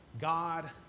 God